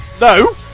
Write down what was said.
No